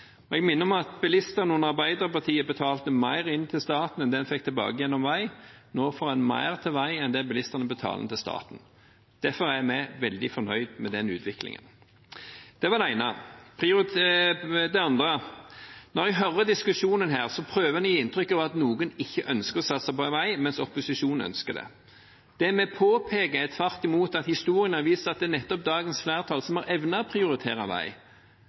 til. Jeg minner om at bilister under Arbeiderpartiet betalte mer inn til staten enn det en fikk tilbake gjennom vei. Nå får en mer til vei enn det bilistene betaler inn til staten. Derfor er vi veldig fornøyd med den utviklingen. Det var det ene. Det andre er: Når jeg hører diskusjonen her, prøver en å gi inntrykk av at noen ikke ønsker å satse på vei, mens opposisjonen ønsker det. Det vi påpeker, er tvert imot at historien har vist at det nettopp er dagens flertall som har evnet å prioritere vei.